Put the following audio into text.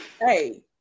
Hey